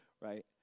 right